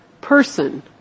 person